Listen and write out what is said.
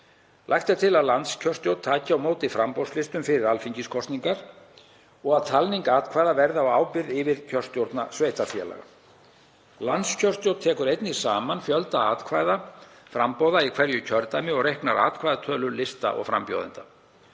Lagt er til að landskjörstjórn taki á móti framboðslistum fyrir alþingiskosningar og að talning atkvæða verði á ábyrgð yfirkjörstjórna sveitarfélaga. Landskjörstjórn tekur einnig saman fjölda atkvæða framboða í hverju kjördæmi og reiknar atkvæðatölur lista og frambjóðenda.